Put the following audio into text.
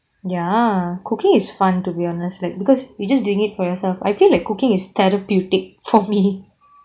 ya cooking is fun to be honest like because you just doing it for yourself I feel like cooking is therapeutic for me